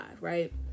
right